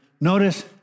Notice